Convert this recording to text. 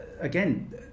again